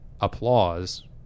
applause